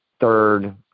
third